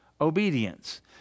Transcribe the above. obedience